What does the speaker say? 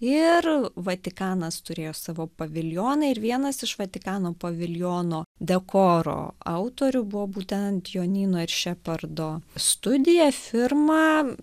ir vatikanas turėjo savo paviljoną ir vienas iš vatikano paviljono dekoro autorių buvo būtent jonyno ir šepardo studija firma